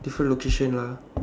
different location lah